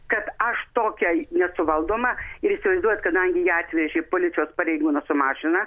kad aš tokia nesuvaldoma ir įsivaizduojat kadangi ją atvežė policijos pareigūnas su mašina